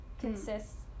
consists